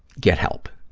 get help.